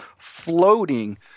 floating